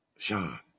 Sean